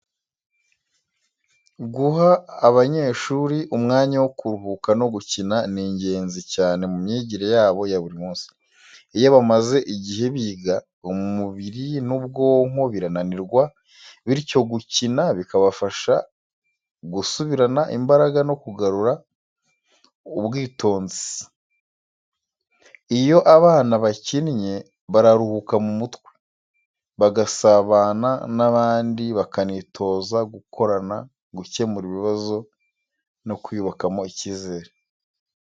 Guha abanyeshuri umwanya wo kuruhuka no gukina ni ingenzi cyane mu myigire yabo ya buri munsi. Iyo bamaze igihe biga, umubiri n’ubwonko birananirwa, bityo gukina bikabafasha gusubirana imbaraga no kugarura ubwitonzi. Iyo abana bakinnye, bararuhuka mu mutwe, bagasabana n’abandi, bakanitoza gukorana, gukemura ibibazo no kwiyubakamo icyizere.